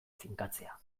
finkatzea